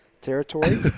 territory